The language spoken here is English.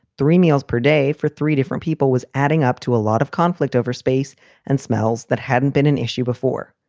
three meals per day for three different people was adding up to a lot of conflict over space and smells that hadn't been an issue before.